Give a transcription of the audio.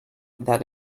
that